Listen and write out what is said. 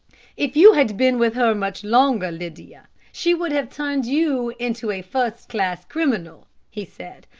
if you had been with her much longer, lydia, she would have turned you into a first-class criminal, he said.